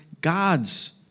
God's